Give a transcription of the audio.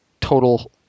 total